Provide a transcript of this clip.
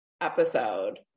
episode